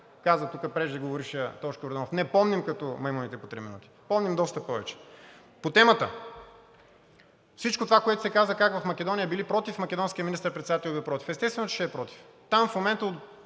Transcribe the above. каза тук преждеговорившият Тошко Йорданов, не помним като маймуните по три минути. Помним доста повече. По темата. Всичко това, което се каза как в Македония били против, македонският министър-председател бил против, естествено е, че ще е против.